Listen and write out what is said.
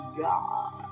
God